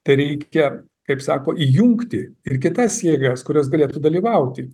tereikia kaip sako įjungti ir kitas jėgas kurios galėtų dalyvauti